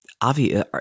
Avi